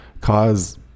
cause